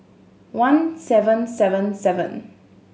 one seven seven seven